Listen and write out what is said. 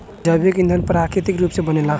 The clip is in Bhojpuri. जैविक ईधन प्राकृतिक रूप से बनेला